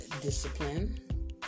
discipline